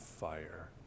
fire